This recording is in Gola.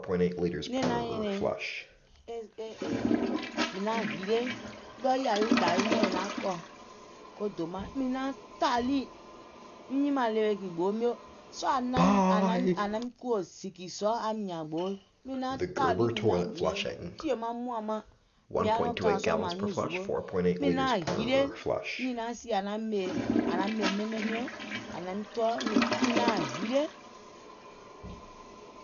Nɛ̀ɛŋ naŋ nyɛ̀nɛ̀ŋ mìŋ naŋ hile, d̀ɔɔ yii yàwi dàwi miɔ̀ŋ naŋ kɔ̀ dòmaŋ, mìŋ naŋ tà ɗì, miŋ nyimààŋ ɗèkìì gboo mio, sɔɔ̀ à naim ȧ naim à naim kùwò zìkìzɔ aim hìàŋ gbooì, mìŋ naŋ tà ɗì mìŋ naŋ mɛ̀iŋ tìè maŋ maŋ mùàŋ maŋ, mìŋ yaà nɔŋ kààìŋ sùà mȧàŋ nyuùŋ zùwo, mìŋ naŋ hile, nìì naŋ sìè àŋ naŋ ɓèmè miimiiŋ miɔ̀ŋ àŋ naim tɔɔ̀, mìŋ naŋ hile.